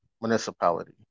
Municipality